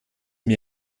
mir